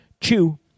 CHEW